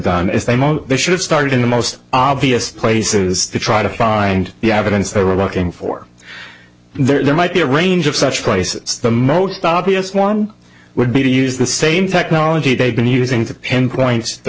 done is they most should have started in the most obvious places to try to find the evidence they were looking for there might be a range of such crisis the most obvious one would be to use the same technology they've been using to pinpoint the